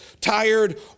tired